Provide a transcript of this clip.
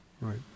right